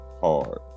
Hard